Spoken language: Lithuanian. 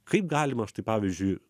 kaip galima štai pavyzdžiui